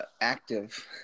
active